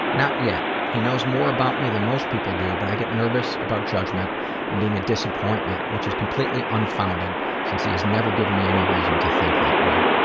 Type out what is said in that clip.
not yet. he knows more about me than most people do, but i get nervous about judgment and being a disappointment, which is completely unfounded since he has never given me any reason to think that way.